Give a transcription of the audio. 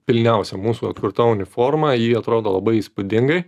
pilniausia mūsų atkurta uniforma ji atrodo labai įspūdingai